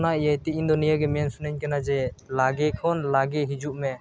ᱚᱱᱟ ᱤᱭᱟᱹᱛᱮ ᱤᱧᱫᱚ ᱱᱤᱭᱟᱹᱜᱮ ᱢᱮᱱ ᱥᱟᱱᱟᱧ ᱠᱟᱱᱟ ᱡᱮ ᱞᱚᱜᱚᱱ ᱠᱷᱚᱱ ᱞᱚᱜᱚᱱ ᱦᱤᱡᱩᱜ ᱢᱮ